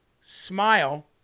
Smile